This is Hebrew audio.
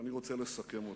ואני רוצה לסכם אותם.